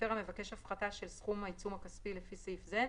מפר המבקש הפחתה של סכום העיצום הכספי לפי סעיף זה,